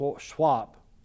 swap